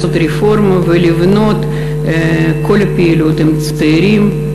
רפורמה ולבנות את כל הפעילות עם הצעירים,